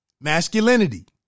masculinity